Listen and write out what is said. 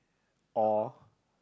or